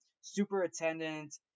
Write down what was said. superintendent